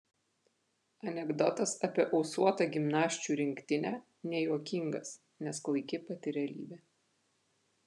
anekdotas apie ūsuotą gimnasčių rinktinę nejuokingas nes klaiki pati realybė